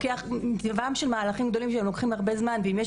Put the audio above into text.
כי ידוע שמהלכים גדולים טבעם לקחת הרבה זמן ואם יש